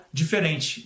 diferente